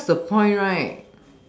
then what's the point right